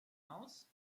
aus